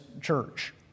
church